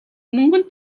мөнгөнд